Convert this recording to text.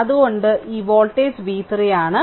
അതിനാൽ ഈ voltage v3 ആണ്